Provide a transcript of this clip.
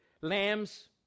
Lambs